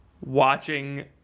watching